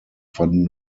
fanden